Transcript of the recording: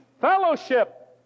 fellowship